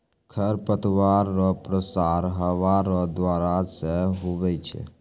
खरपतवार रो प्रसार हवा रो द्वारा से हुवै छै